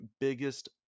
biggest